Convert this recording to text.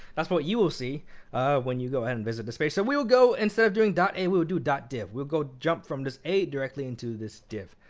that's what you will see when you go and and visit the space. so we will go instead of doing dot a, we will do dot div. we'll go jump from this a, directly into this div.